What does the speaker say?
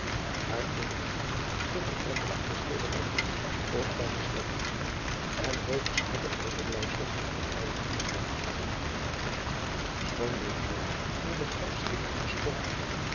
waarin hij hem de voortreffelijkste schilderijen kostbaarste standbeelden en hoogstgeschatte overblijffels der heiligen aanwees schoon dit alles door deszelfs schitterende schoonheid